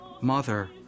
mother